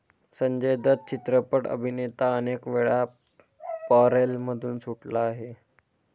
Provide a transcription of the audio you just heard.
संजय दत्त चित्रपट अभिनेता अनेकवेळा पॅरोलमधून सुटला आहे